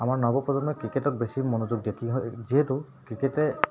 আমাৰ নৱপ্ৰজন্মই ক্ৰিকেটত বেছি মনোযোগ দিয়ে কি হয় যিহেতু ক্ৰিকেটে